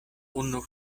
unu